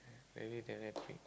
they need their